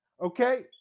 okay